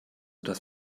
das